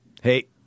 Hey